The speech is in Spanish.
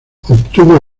obtuvo